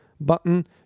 button